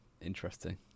Interesting